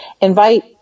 invite